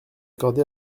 accordé